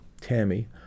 Tammy